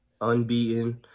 unbeaten